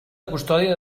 custòdia